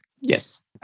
Yes